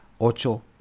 Ocho